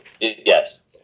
Yes